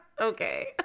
Okay